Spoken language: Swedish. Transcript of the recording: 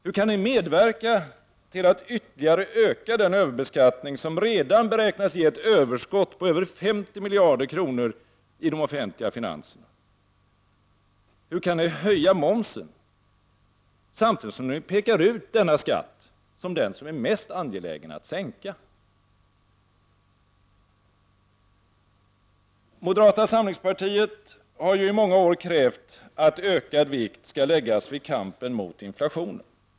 Hur kan ni medverka till att ytterligare öka den överbeskattning som redan beräknas ge ett överskott på över 50 miljarder kronor i de offentliga finanserna? Hur kan ni höja momsen samtidigt som ni pekar ut att denna skatt är den som det är mest angeläget att sänka? Moderata samlingspartiet har i många år krävt att ökad vikt skall läggas vid kampen mot inflationen.